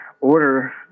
order